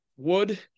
Wood